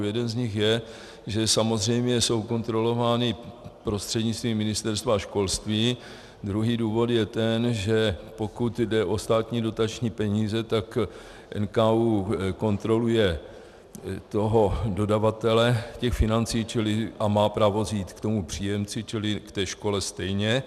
Jeden z nich je, že samozřejmě jsou kontrolovány prostřednictvím Ministerstva školství, druhý důvod je ten, že pokud jde o státní dotační peníze, tak NKÚ kontroluje dodavatele financí a má právo říct tomu příjemci, čili té škole stejně.